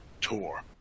tour